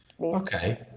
Okay